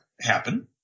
happen